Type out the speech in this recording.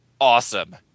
Awesome